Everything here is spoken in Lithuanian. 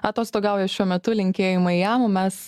atostogauja šiuo metu linkėjimai jam o mes